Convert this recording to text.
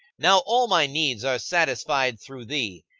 now all my needs are satisfied through thee,